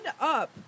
up